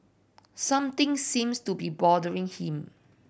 something seems to be bothering him